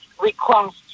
request